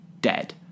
dead